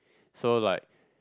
so like